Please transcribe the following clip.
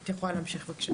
את יכולה להמשיך, בבקשה.